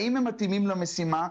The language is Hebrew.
האם הם מתאימים למשימה?